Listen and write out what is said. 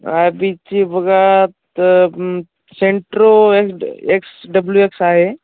I बीची बघा तर सेंट्रो एक्सड एक्स डब्ल्यू एक्स आहे